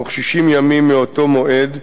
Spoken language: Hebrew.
בתוך 60 ימים מאותו מועד,